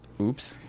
Oops